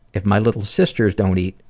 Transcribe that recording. if my little sisters don't eat,